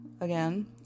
Again